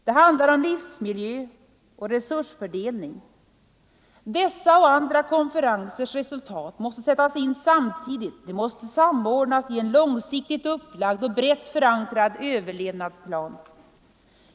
Det handlar om livsmiljö och resursfördelning. Dessa och andra konferensers resultat måste sättas in samtidigt — de måste samordnas i en långsiktigt upplagd och brett förankrad överlevnadsplan.